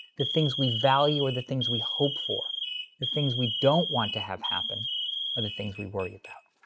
the things we value or the things we hope for. the things we don't want to have happen are the things we worry about.